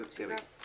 תראי,